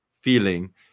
feeling